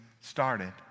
started